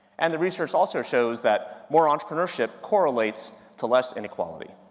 and the research also shows that more entrepreneurship correlates to less inequality.